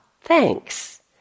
thanks